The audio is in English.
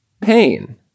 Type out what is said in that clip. pain